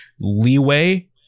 leeway